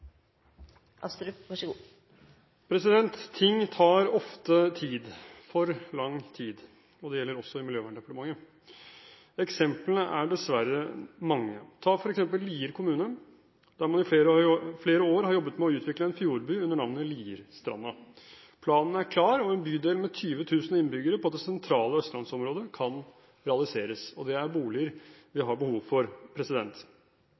Ting tar ofte tid – for lang tid. Det gjelder også i Miljøverndepartementet. Eksemplene er dessverre mange. Ta f.eks. Lier kommune: Der har man i flere år jobbet med å utvikle en fjordby under navnet Lierstranda. Planen er klar, og en bydel med 20 000 innbyggere på det sentrale østlandsområdet kan realiseres – det er boliger vi